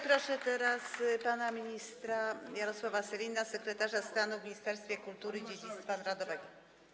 Proszę teraz pana Jarosława Sellina sekretarza stanu w Ministerstwie Kultury i Dziedzictwa Narodowego.